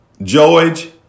George